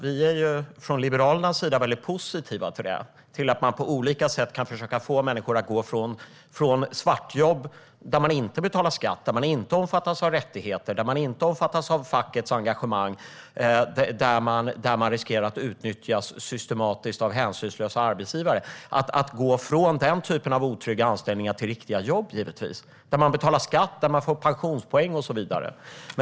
Vi i Liberalerna är väldigt positiva till att på olika sätt försöka få människor att gå från svartjobb och otrygga anställningar, där man inte betalar skatt, där man inte omfattas av rättigheter eller av fackets engagemang och där man riskerar att utnyttjas systematiskt av hänsynslösa arbetsgivare, till riktiga jobb där man betalar skatt, får pensionspoäng och så vidare.